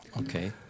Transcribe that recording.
Okay